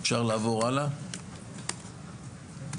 שקף הבא,